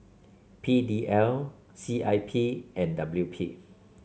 P D L C I P and W P